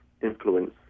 influence